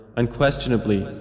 unquestionably